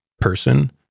person